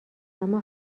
اما